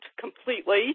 completely